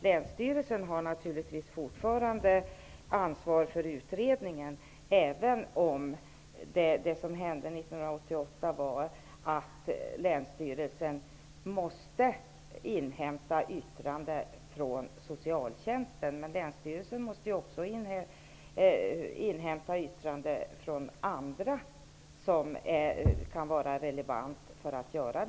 Länsstyrelsen har naturligtvis fortfarande ansvaret för utredningen, även om länsstyrelsen enligt 1988 års beslut måste inhämta yttrande från socialtjänsten. Men länsstyrelsen måste också inhämta yttrande från andra relevanta organ.